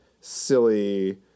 silly